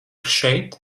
šeit